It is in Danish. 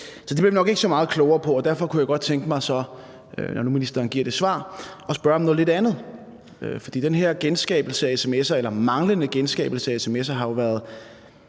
Det bliver vi nok ikke så meget klogere på, og derfor kunne jeg godt tænke mig så, når nu ministeren giver det svar, at spørge om noget lidt andet. For den her genskabelse af sms'er, eller manglende genskabelse af sms'er, har jo været